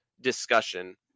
discussion